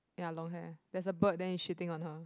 ya long hair there's a bird then is shitting on her